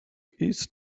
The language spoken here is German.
ist